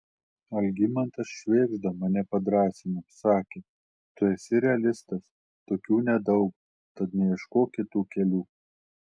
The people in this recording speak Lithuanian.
algimantas švėgžda mane padrąsino sakė tu esi realistas tokių nedaug tad neieškok kitų kelių